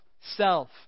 self